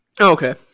Okay